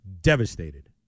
devastated